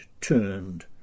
turned